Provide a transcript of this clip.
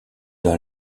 dans